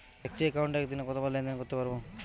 একটি একাউন্টে একদিনে কতবার লেনদেন করতে পারব?